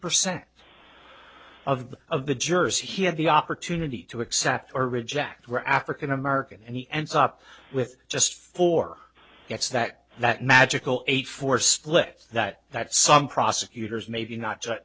percent of the of the jurors he had the opportunity to accept or reject or african american and he ends up with just four gets that that magical eight four split that that some prosecutors maybe not